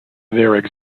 there